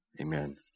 Amen